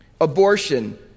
Abortion